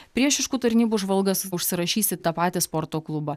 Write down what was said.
priešiškų tarnybų žvalgas užsirašys į tą patį sporto klubą